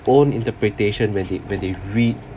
own interpretation when they when they read